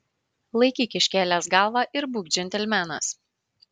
laikyk iškėlęs galvą ir būk džentelmenas